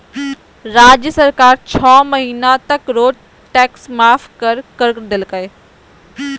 राज्य सरकार छो महीना तक रोड टैक्स माफ कर कर देलकय